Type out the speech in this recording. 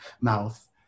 mouth